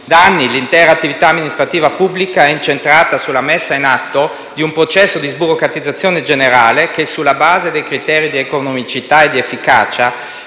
Da anni, l'intera attività amministrativa pubblica è incentrata sulla messa in atto di un processo di sburocratizzazione generale che, sulla base dei criteri di economicità e di efficacia,